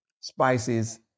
spices